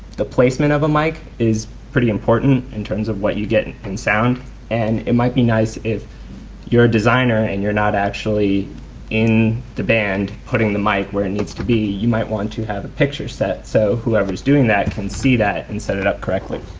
the placement of a mic is pretty important in terms of what you get in sound and it might be nice if you're a designer and you're not actually in the band putting the mic where it needs to be you might want to have picture set so whoevers doing that can see that and set it up correctly.